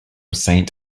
saint